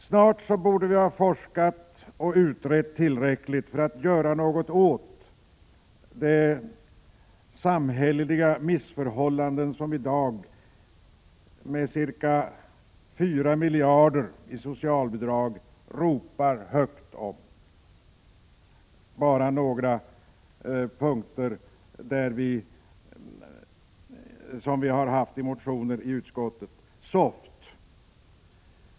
Snart borde vi ha forskat och utrett tillräckligt för att göra något åt de samhälleliga missförhållanden som det i dag, med ca 4 miljarder kronor i socialbidrag, ropas högt om. Jag skall redogöra för ett par punkter där vi har haft motioner i utskottet. SOFT!